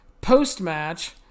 Post-match